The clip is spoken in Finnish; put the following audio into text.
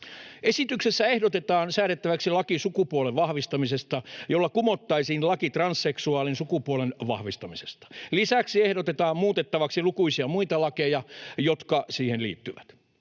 Esityksessä ehdotetaan säädettäväksi laki sukupuolen vahvistamisesta, jolla kumottaisiin laki transseksuaalin sukupuolen vahvistamisesta. Lisäksi ehdotetaan muutettavaksi lukuisia muita lakeja, jotka siihen liittyvät.